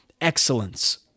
excellence